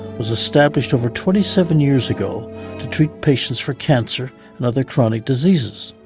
was established over twenty seven years ago to treat patients for cancer and other chronic diseases.